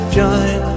join